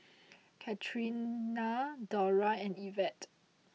Catrina Dora and Yvette